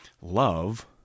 Love